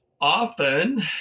Often